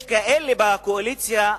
יש כאלה בקואליציה,